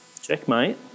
checkmate